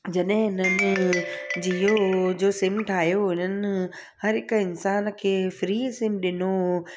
जॾहिं हिननि जीयो जो सिम ठाहियो हुननि हर हिकु इन्सान खे फ्री सिम ॾिनो